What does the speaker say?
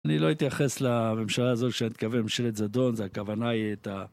אני לא אתייחס לממשלה הזאת שאני מתכוון לממשלת זדון, הכוונה היא את ה...